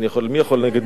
מי יכול נגד נינו?